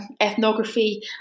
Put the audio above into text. ethnography